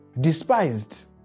despised